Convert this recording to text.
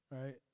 Right